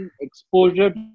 exposure